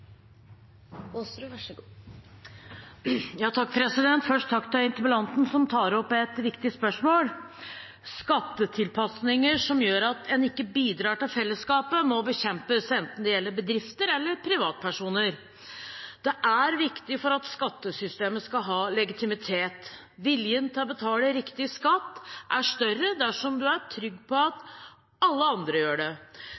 Først: Takk til interpellanten, som tar opp et viktig spørsmål. Skattetilpasninger som gjør at en ikke bidrar til fellesskapet, må bekjempes, enten det gjelder bedrifter eller privatpersoner. Det er viktig for at skattesystemet skal ha legitimitet. Viljen til å betale riktig skatt er større dersom en er trygg på